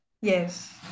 Yes